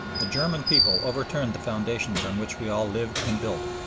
the german people overturned the foundations on which we all lived and built.